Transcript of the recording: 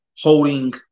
holding